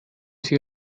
sie